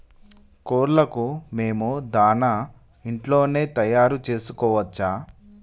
కోళ్లకు మేము దాణా ఇంట్లోనే తయారు చేసుకోవచ్చా?